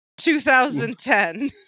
2010